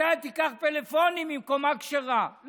אתה תיקח פלאפונים עם קומה כשרה.